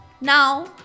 Now